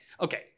okay